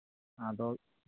ᱟᱫᱚ